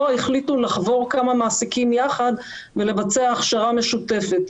ו/או החליטו לחבור כמה מעסיקים יחד ולבצע הכשרה משותפת.